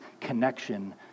connection